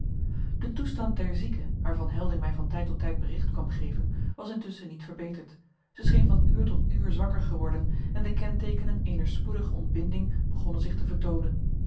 de toestand der zieke waarvan helding mij van tijd tot tijd bericht kwam geven was intusschen niet verbeterd zij scheen van uur tot uur zwakker geworden en de kenteekenen eener spoedige ontbinding begonnen zich te vertoonen